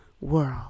world